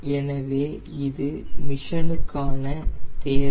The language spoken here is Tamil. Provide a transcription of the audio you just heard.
எனவே இதுவே இந்த மிஷனுக்கான தேவை